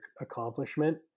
accomplishment